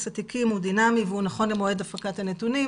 התיקים הוא דינמי והוא נכון למועד הפקת הנתונים.